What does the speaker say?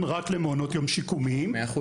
רק למעונות יום שיקומיים ברובו הגדול.